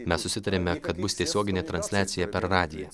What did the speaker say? mes susitarėme kad bus tiesioginė transliacija per radiją